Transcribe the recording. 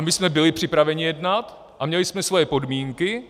My jsme byli připraveni jednat a měli jsme svoje podmínky.